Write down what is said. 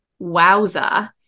wowza